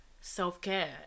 self-care